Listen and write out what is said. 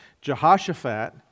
Jehoshaphat